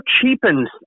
cheapens